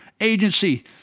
Agency